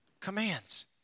commands